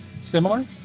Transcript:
similar